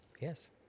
Yes